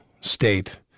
state